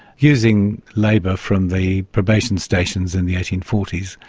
using labour from the probation stations in the eighteen forty s.